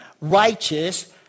righteous